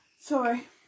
Sorry